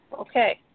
Okay